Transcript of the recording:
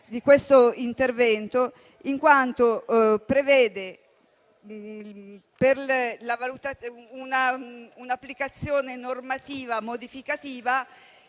di questo intervento, in quanto prevede un'applicazione normativa modificativa